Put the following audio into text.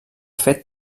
fet